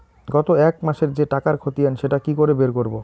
গত এক মাসের যে টাকার খতিয়ান সেটা কি করে বের করব?